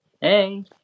Hey